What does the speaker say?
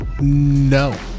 No